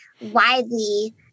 widely